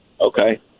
Okay